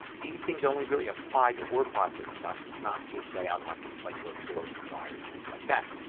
these things only really apply to word processing documents, not page layout documents like brochures and flyers and things like that.